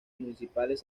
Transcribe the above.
municipales